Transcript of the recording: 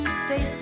stay